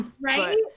Right